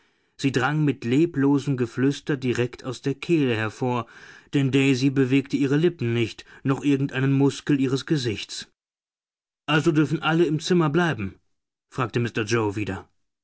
sie drang mit leblosem geflüster direkt aus der kehle hervor denn daisy bewegte ihre lippen nicht noch irgendeinen muskel ihres gesichts also dürfen alle im zimmer bleiben fragte mr yoe wieder